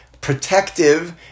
protective